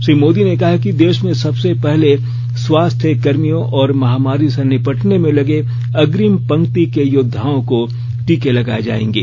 श्री मोदी ने कहा कि देश में सबसे पहले स्वास्थ्यकर्मियों और महामारी से निपटने में लगे अग्रिम पंक्ति के योद्वाओं को टीके लगाये जायेंगे